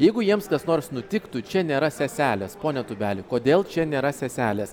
jeigu jiems kas nors nutiktų čia nėra seselės pone tūbeli kodėl čia nėra seselės